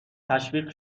تشویق